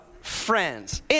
friends